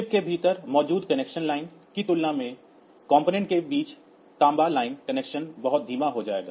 chip के भीतर मौजूद कनेक्शन लाइन की तुलना में घटकों के बीच तांबा लाइन कनेक्शन बहुत धीमा हो जाएगा